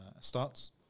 starts